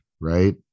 Right